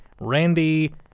Randy